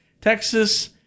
Texas